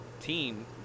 team